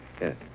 Yes